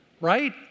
right